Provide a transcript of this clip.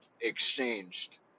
exchanged